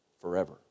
forever